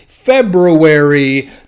february